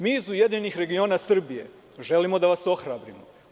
Mi iz Ujedinjenih regiona Srbije želimo da vas ohrabrimo.